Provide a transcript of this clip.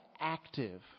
active